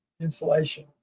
insulation